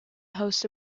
hosts